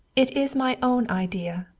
it is my own idea.